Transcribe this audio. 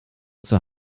zur